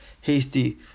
hasty